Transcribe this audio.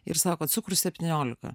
ir sako cukrus septyniolika